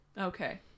Okay